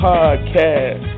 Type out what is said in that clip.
Podcast